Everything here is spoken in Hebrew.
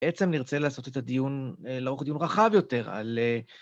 עצם נרצה לעשות את הדיון, לערוך דיון רחב יותר על...